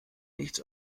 nichts